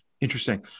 Interesting